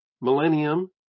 millennium